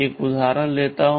एक उदाहरण लेता हूं